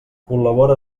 col·labora